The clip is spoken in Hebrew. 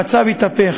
המצב התהפך.